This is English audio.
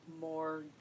more